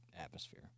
atmosphere